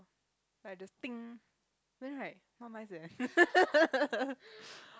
I just then right not nice eh